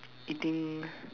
eating